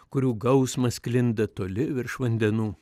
kurių gausmas sklinda toli virš vandenų